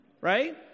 right